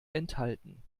enthalten